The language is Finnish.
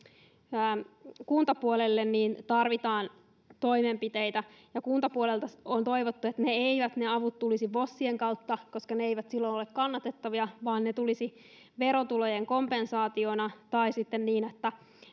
kuntapuolelle tarvitaan toimenpiteitä ja kuntapuolelta on toivottu että ne avut eivät tulisi vosien kautta koska ne eivät silloin ole kannatettavia vaan ne tulisivat verotulojen kompensaationa tai sitten niin että